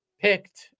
picked